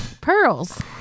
Pearls